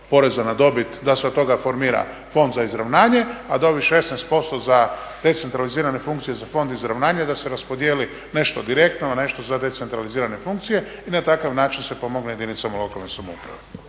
poreza na dobit da se od toga formira Fond za izravnanje a da ovih 16% za decentralizirane funkcije za Fond za izravnanje da se raspodjeli nešto direktno, a nešto za decentralizirane funkcije i na takav način se pomogne jedinicama lokalne samouprave.